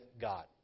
God